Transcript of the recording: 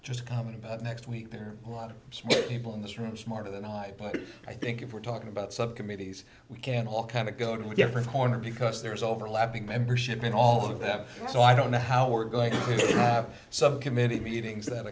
just comment about next week there are a lot of people in this room smarter than i but i think if we're talking about subcommittees we can all kind of go to different corners because there's overlapping membership and all of that so i don't know how we're going to have some committee meetings